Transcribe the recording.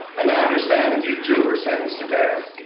and i understand and you too were sentenced to death.